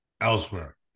elsewhere